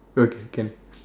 okay can